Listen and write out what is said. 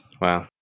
Wow